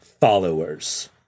followers